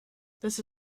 this